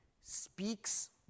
speaks